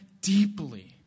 deeply